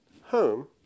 home